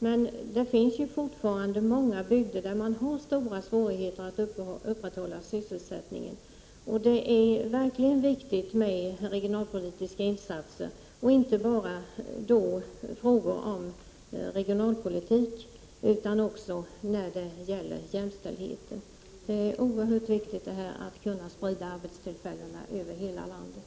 Men det finns fortfarande många bygder där man har stora svårigheter att upprätthålla sysselsättningen, och regionalpolitiska insatser är verkligen viktiga. Det är då inte bara en fråga om regionalpolitik, utan också jämställdheten. Det är oerhört viktigt att kunna sprida arbetstillfällena över hela landet.